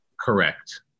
Correct